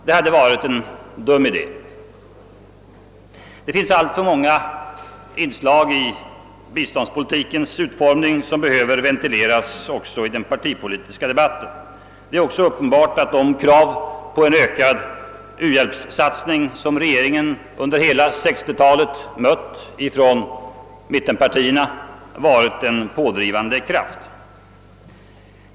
Det hade varit en dum idé. Det finns alltför många inslag i biståndspolitikens utformning som behöver ventileras också i den politiska debatten. Likaså är det uppenbart att de krav på en ökad u-hjälpssatsning som regeringen under hela 1960-talet har mött från mittenpartierna har utgjort en pådrivande kraft.